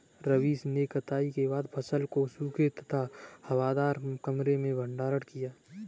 रवीश ने कटाई के बाद फसल को सूखे तथा हवादार कमरे में भंडारण किया